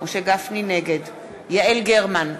נגד יעל גרמן,